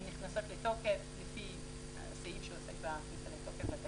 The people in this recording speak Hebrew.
הן נכנסות לתוקף לפי הסעיף שעוסק בכניסה לתוקף של התקנות.